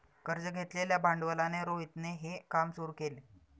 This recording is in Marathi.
कर्ज घेतलेल्या भांडवलाने रोहितने हे काम सुरू केल